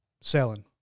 selling